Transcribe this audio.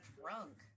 drunk